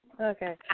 Okay